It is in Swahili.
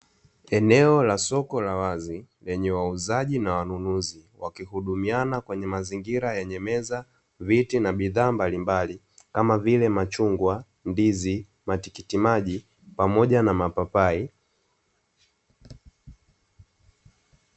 Eneo la soko la wazi lenye wauzaji na wanunuzi wakihudumiana kwenye mazingira yenye meza, viti na bidhaa mbalimbali kama vile machungwa, ndizi, matikitimaji, pamoja na mapapai.